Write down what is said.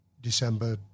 december